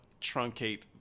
truncate